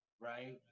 right